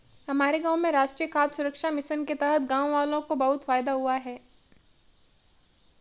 हमारे गांव में राष्ट्रीय खाद्य सुरक्षा मिशन के तहत गांववालों को बहुत फायदा हुआ है